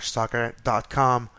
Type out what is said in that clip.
Soccer.com